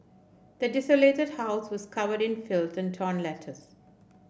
the desolated house was covered in filth and torn letters